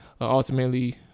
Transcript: ultimately